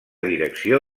direcció